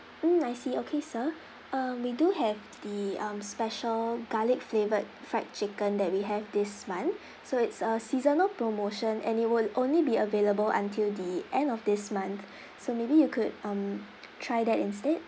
mm I see okay sir uh we do have the um special garlic flavoured fried chicken that we have this month so it's a seasonal promotion and it will only be available until the end of this month so maybe you could um try that instead